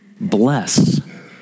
bless